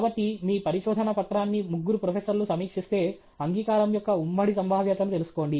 కాబట్టి మీ పరిశోదన పత్రాన్ని ముగ్గురు ప్రొఫెసర్లు సమీక్షిస్తే అంగీకారం యొక్క ఉమ్మడి సంభావ్యతను తెలుసుకోండి